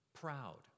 proud